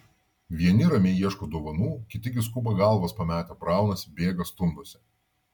vieni ramiai ieško dovanų kiti gi skuba galvas pametę braunasi bėga stumdosi